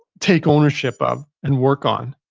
take ownership of and work on?